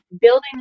building